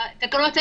התקנות האלה,